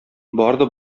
барды